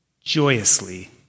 joyously